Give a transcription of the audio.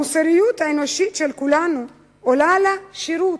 המוסריות האנושית של כולנו עולה על ה"שירות"